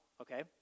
okay